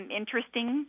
interesting